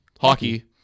hockey